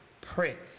Prince